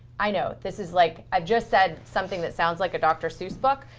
i know. this is like, i just said something that sounds like a dr. seuss book,